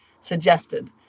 suggested